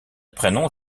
prénom